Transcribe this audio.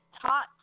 taught